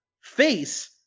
face